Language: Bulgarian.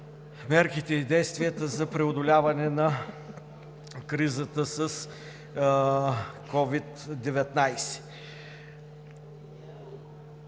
мерките и действията за преодоляване на кризата с COVID-19.